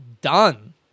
done